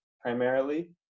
primarily